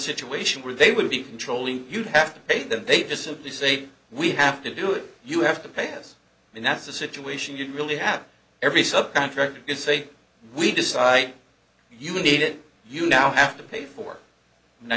situation where they would be controlling you'd have to pay them they just simply say we have to do it you have to pay us and that's a situation you really have every subcontractor say we decide you need it you now have to pay for and i